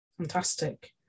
Fantastic